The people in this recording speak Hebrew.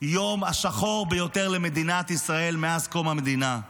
היום השחור ביותר למדינת ישראל מאז קום המדינה,